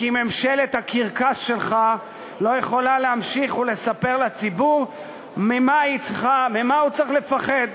כי ממשלת הקרקס שלך לא יכולה להמשיך לספר לציבור ממה הוא צריך לפחד.